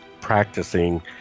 practicing